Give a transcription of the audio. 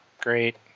Great